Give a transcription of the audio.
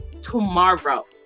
tomorrow